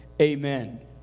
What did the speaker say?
amen